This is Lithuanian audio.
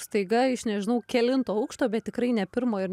staiga iš nežinau kelinto aukšto bet tikrai ne pirmo ir